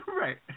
Right